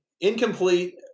incomplete